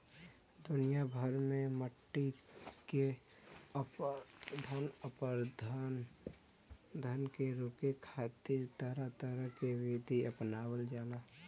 दुनिया भर में मट्टी के अपरदन के रोके खातिर तरह तरह के विधि अपनावल जाला